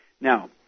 Now